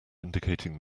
indicating